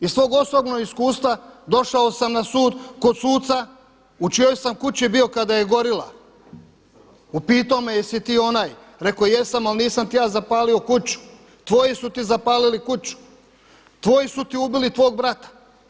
Iz svog osobnog iskustva došao sam na sud kod suca u čijoj sam kući bio kada je gorila, upitao me je jesi ti onaj, reko jesam ali nisam ti ja zapalio kuću, tvoji su ti zapalili kuću, tvoji su ti ubili tvog brata.